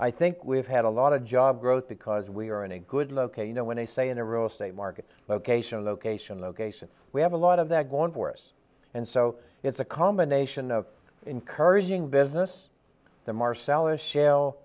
i think we've had a lot of job growth because we are in a good located you know when they say in a real estate market location location location we have a lot of that going for us and so it's a combination of encouraging business the marcellus sh